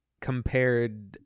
compared